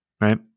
right